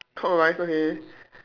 clockwise okay